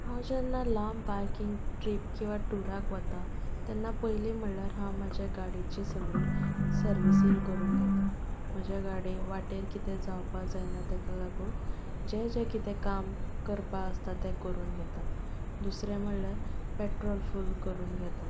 हांव जेन्ना लांब बायकीन ट्रीप किंवा टुराक वता तेन्ना पयलीं म्हणल्यार हांव म्हज्या गाडयेचीं सगळीं सर्विसींग करून घेता म्हज्या गाडयेक वाटेर कितें जावपा जायना ताका लागून जें जें कितें काम करपा आसता तें करून घेता दुसरें म्हणल्यार पेट्रोल फूल करून घेता